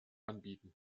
anbieten